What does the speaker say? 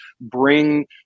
bring